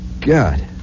God